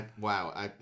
Wow